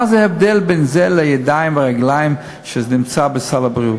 מה ההבדל בין זה לידיים ורגליים שנמצאות בסל הבריאות?